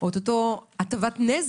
קראתי לזה